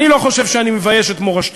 אני לא חושב שאני מבייש את מורשתו,